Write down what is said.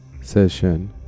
session